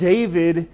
David